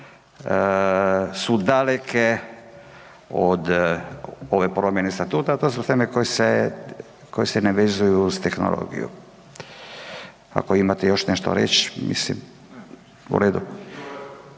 su daleke od ove promjene statuta, a to su teme koje se ne vezuju uz tehnologiju. Ako imate još nešto reći? U redu, u redu,